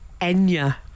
Enya